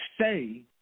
Say